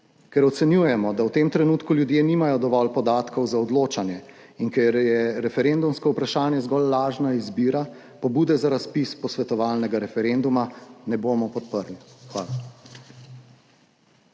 Ker ocenjujemo, da v tem trenutku ljudje nimajo dovolj podatkov za odločanje in ker je referendumsko vprašanje zgolj lažna izbira, pobude za razpis posvetovalnega referenduma ne bomo podprli. Hvala.